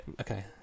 Okay